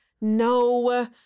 no